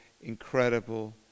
incredible